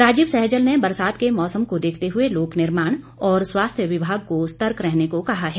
राजीव सैजल ने बरसात के मौसम को देखते हुए लोकनिर्माण और स्वास्थ्य विभाग को सतर्क रहने को कहा है